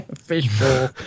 fishbowl